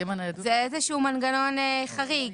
זה איזשהו מנגנון חריג.